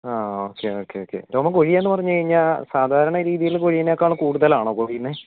ആ okay okay okay രോമം കൊഴിയുകയെന്ന് പറഞ്ഞു കഴിഞ്ഞാൽ സാധാരണ രീതിയിൽ കൊഴിയുന്നതിനേക്കാൾ കൂടുതലാണോ കൊഴിയുന്നത്